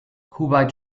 kuwait